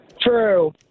True